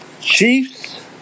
Chiefs